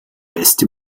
beste